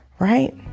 Right